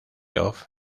off